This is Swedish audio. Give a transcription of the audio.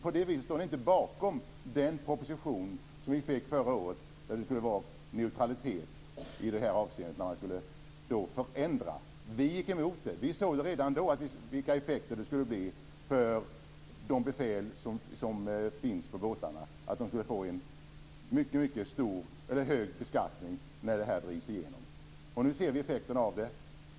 På det viset står ni inte bakom den proposition som vi fick förra året och som skulle innebära neutralitet i det här avseendet. Man skulle förändra. Vi gick emot det. Vi såg redan då vilka effekter det skulle bli för de befäl som finns på båtarna. Vi såg att de skulle få en mycket hög beskattning när det här drivs igenom. Nu ser vi effekterna av.